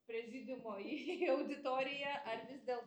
prezidiumo į auditoriją ar vis dėl